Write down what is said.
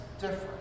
different